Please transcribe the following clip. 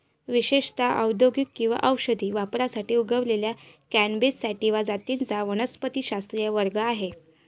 विशेषत औद्योगिक किंवा औषधी वापरासाठी उगवलेल्या कॅनॅबिस सॅटिवा जातींचा वनस्पतिशास्त्रीय वर्ग आहे